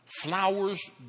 flowers